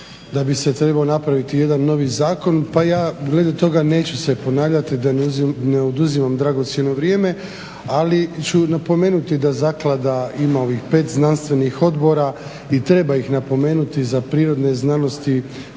da bi se trebao napraviti jedan novi zakon, pa ja glede toga neću se ponavljati da ne oduzimam dragocjeno vrijeme. Ali ću napomenuti da zaklada ima ovih pet znanstvenih odbora i treba ih napomenuti za prirodne znanosti,